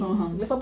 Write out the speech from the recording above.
(uh huh)